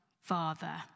Father